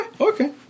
Okay